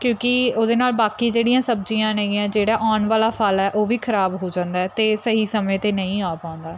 ਕਿਉਂਕਿ ਉਹਦੇ ਨਾਲ ਬਾਕੀ ਜਿਹੜੀਆਂ ਸਬਜ਼ੀਆਂ ਨੇਗੀਆਂ ਜਿਹੜਾ ਆਉਣ ਵਾਲਾ ਫਲ ਹੈ ਉਹ ਵੀ ਖਰਾਬ ਹੋ ਜਾਂਦਾ ਅਤੇ ਸਹੀ ਸਮੇਂ 'ਤੇ ਨਹੀਂ ਆ ਪਾਉਂਦਾ